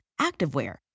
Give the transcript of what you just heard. activewear